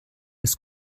des